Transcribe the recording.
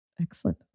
Excellent